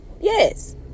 yes